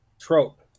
trope